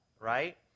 right